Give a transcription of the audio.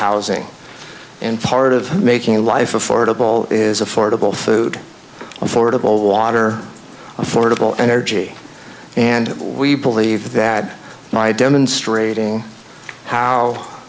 housing and part of making life affordable is affordable food affordable water affordable energy and we believe that my demonstrating how